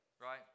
right